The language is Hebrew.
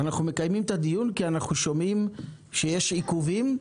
אנחנו מקיימים את הדיון כי אנחנו שומעים שיש עיכובים,